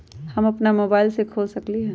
हम अपना मोबाइल से खोल सकली ह?